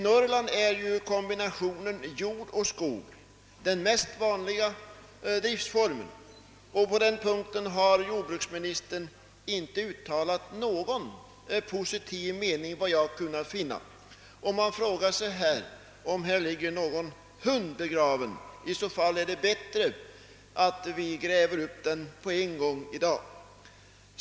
I Norrland är ju kombinationen jord och skog den mest vanliga driftformen och den mest effektiva. På den punkten har jordbruksministern inte uttalat någon positiv mening såvitt jag har kunnat finna, och man frågar sig om här ligger någon hund begraven. I så fall är det bättre att vi gräver upp den på en gång 1 dag.